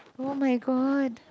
oh-my-god